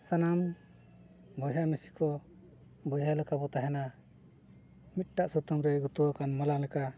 ᱥᱟᱱᱟᱢ ᱵᱚᱭᱦᱟ ᱢᱤᱥᱤ ᱠᱚ ᱵᱚᱭᱦᱟ ᱞᱮᱠᱟ ᱵᱚᱱ ᱛᱟᱦᱮᱱᱟ ᱢᱤᱫᱴᱟᱝ ᱥᱩᱛᱟᱹᱢ ᱨᱮ ᱜᱩᱛᱩ ᱟᱠᱟᱱ ᱢᱚᱞᱟ ᱞᱮᱠᱟ